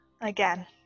Again